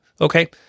Okay